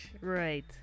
right